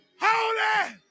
holy